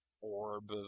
orb